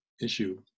issue